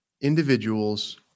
individuals